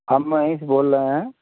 हम यही से बोल रहे हैं